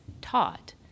taught